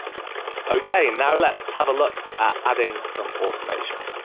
okay, now let's have a look at adding some automation.